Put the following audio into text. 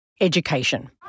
education